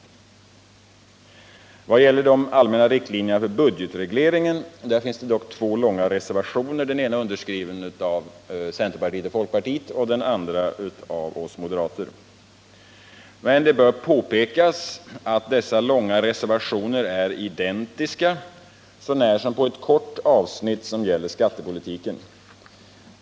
I vad gäller de allmänna riktlinjerna för budgetregleringen finns dock två långa reservationer, den ena underskriven av centerpartiet och folkpartiet, den andra av oss moderater. Det bör dock påpekas att dessa långa reservationer är identiska, så när som på ett kort avsnitt som gäller skattepolitiken.